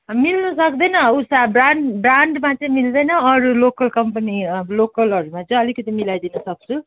मिल्नु सक्दैन उषा ब्रान्ड ब्रान्डमा चाहिँ मिल्दैन अरू लोकल कम्पनी लोकलहरूमा चाहिँ अलिकति मिलाइ दिनसक्छु